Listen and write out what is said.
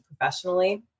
professionally